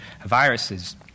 viruses